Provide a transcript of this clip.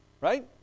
Right